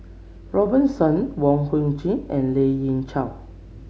Robert Soon Wong Hung Khim and Lien Ying Chow